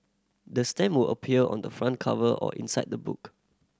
the stamp will appear on the front cover or inside the book